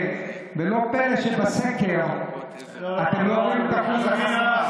ולא פלא שבסקר אתם לא רואים את אחוז החסימה.